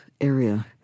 area